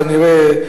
כנראה,